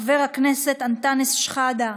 חבר הכנסת אנטאנס שחאדה,